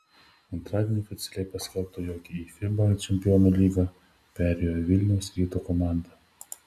antradienį oficialiai paskelbta jog į fiba čempionų lygą perėjo vilniaus ryto komanda